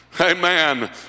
Amen